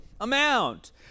amount